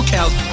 Cows